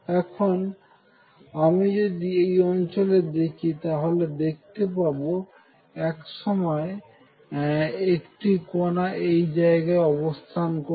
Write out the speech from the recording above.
এখন আমি যদি এই অঞ্চলে দেখি তাহলে দেখতে পাবো কোন এক সময়ে একটি কণা এই জায়গায় অবস্থান করছে